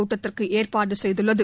கூட்டத்திற்கு ஏற்பாடு செய்துள்ளது